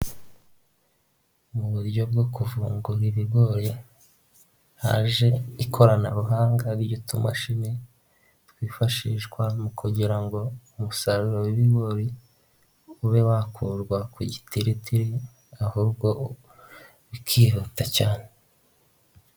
Mu buryo bwo kuvumbura ibigori haje ikoranabuhanga ry'utumamashini twifashishwa mu kugira ngo umusaruro w'ibigori ube wakurwa ku gitiritiri ahubwo bikihuta cyane.